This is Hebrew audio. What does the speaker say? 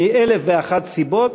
מאלף ואחת סיבות,